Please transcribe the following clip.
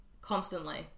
Constantly